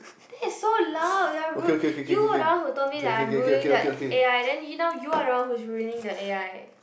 that is so loud you are you are the one who told me I am ruining the A_I then now you are the one who's ruining the A_I